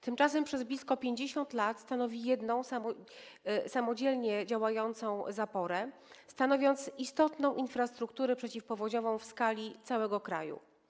Tymczasem przez blisko 50 lat jest jedną samodzielnie działającą zaporą, stanowiąc istotną infrastrukturę przeciwpowodziową w skali całego kraju.